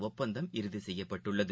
ஒப்பந்தம் இறுதிசெய்யப்பட்டுள்ளது